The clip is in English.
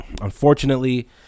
unfortunately